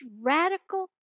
radical